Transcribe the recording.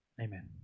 Amen